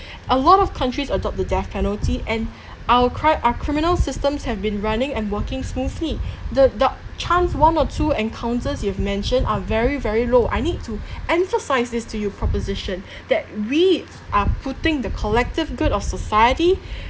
a lot of countries adopt the death penalty and our our criminal systems have been running and working smoothly the the chance one or two encounters you have mentioned are very very low I need to emphasize this to you proposition that we are putting the collective good of society